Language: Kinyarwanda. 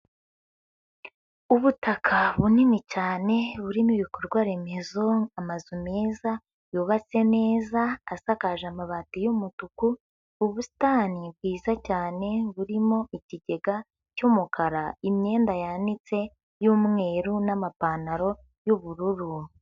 Ubutaka bunini cyane burimo ibikorwa remezo, amazu meza yubatse neza asakaje amabati y'umutuku, ubusitani bwiza cyane burimo ikigega cy'umukara, imyenda yanitse y'umweru n'amapantaro y'ubururu.